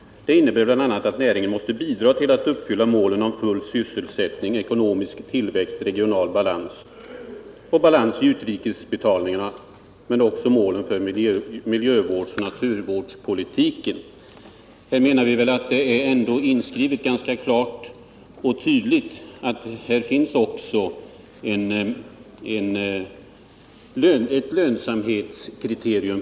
Det innebär bl.a. att näringen måste bidra till att uppfylla målen om full sysselsättning, ekonomisk tillväxt, regional balans och balans i utrikesbetalningarna men också målen för miljövårdsoch naturvårdspolitiken.” Vi anser att det ändå på sitt sätt finns inskrivet ett lönsamhetskriterium.